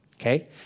Okay